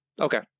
Okay